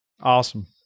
Awesome